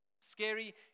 Scary